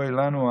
אוי לנו,